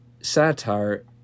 satire